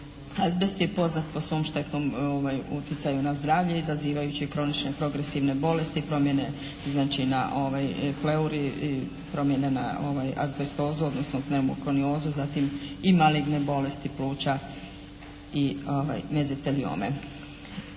Azbest je poznat po svom štetnom utjecaju na zdravlje izazivajući kronične progresivne bolesti, promjene znači na pleuri i promjene na azbestozu odnosno pneumokroniozu. Zatim i maligne bolesti pluća i mezeteliome.